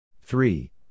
Three